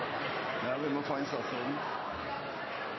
der folk bor. Vi må